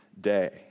day